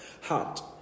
heart